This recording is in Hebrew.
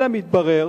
אלא מתברר